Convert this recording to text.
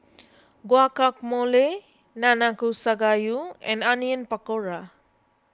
Guacamole Nanakusa Gayu and Onion Pakora